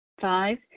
Five